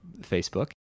Facebook